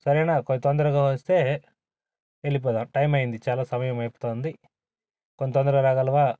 సరేనా కొంచెం తొందరగా వస్తే వెళ్ళిపోదాం టైం అయ్యింది చాలా సమయం అయిపోతా ఉంది కొంత తొందరగా రాగలవా